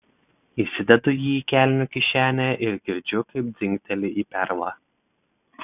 įsidedu jį į kelnių kišenę ir girdžiu kaip dzingteli į perlą